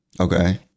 Okay